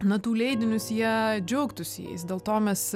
natų leidinius jie džiaugtųsi jais dėl to mes